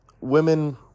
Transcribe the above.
women